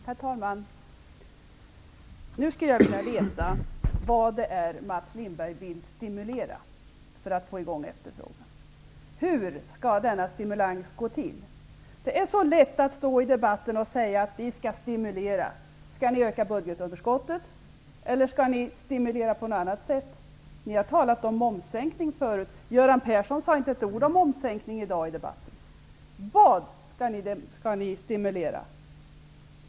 Herr talman! Nu skulle jag vilja veta vad det är Mats Lindberg vill stimulera för att få i gång efterfrågan. Hur skall stimuleringen gå till? Det är så lätt att i debatten säga: Vi skall stimulera. Skall ni öka budgetunderskottet eller skall ni stimulera på något annat sätt? Ni har tidigare talat om en momssänkning. Göran Persson sade inte ett ord om momssänkning i debatten i dag. Vad skall ni stimulera?